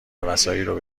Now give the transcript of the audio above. وسایلارو